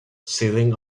sitting